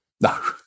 No